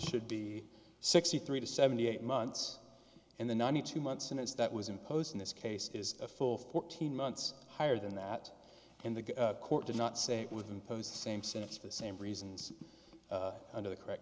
should be sixty three to seventy eight months and the ninety two months and it's that was imposed in this case is a full fourteen months higher than that in the court did not say with impose the same sense of the same reasons under the correct